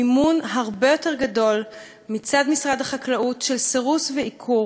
מימון הרבה יותר גדול של סירוס ועיקור